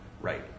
right